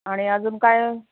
आणि अजून काय